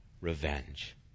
revenge